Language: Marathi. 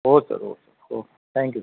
हो sir okay sir okay thank you